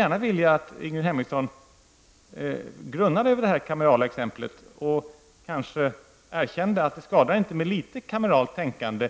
Jag vill att Ingrid Hemmingsson grunnar över detta kamerala exempel och kanske erkänner att det nog inte skadar med litet kameralt tänkande.